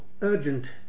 urgent